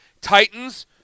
Titans